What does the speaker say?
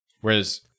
whereas